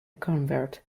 convert